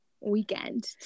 weekend